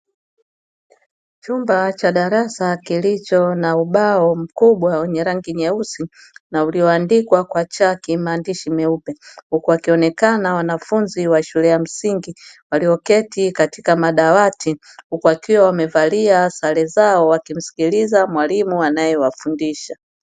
Chumba cha darasa kilicho na ubao mkubwa wenye rangi nyeusi na ulioandikwa kwa chaki maandishi meupe, huku wakionekana wanafunzi wa shule ya msingi walioketi katika madawati huku wakiwa wamevalia sare zao wakimsikiliza mwalimu anayewafundisha.